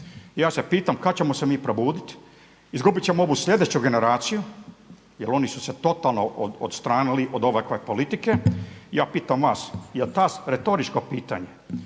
ja se pitam kad ćemo se mi probuditi? Izgubit ćemo ovu slijedeću generaciju jer oni su se totalno odstranili od ovakve politike. I ja pitam vas, jer to retoričko pitanje,